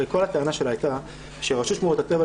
הרי כל הטענה שלה הייתה שרשות שמורות הטבע,